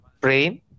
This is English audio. brain